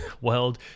world